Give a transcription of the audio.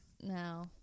No